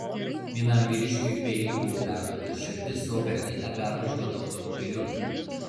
vienam vyriškiui peiliu buvo perdurta širdis o per kitą pervažiuota automobiliu